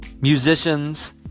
musicians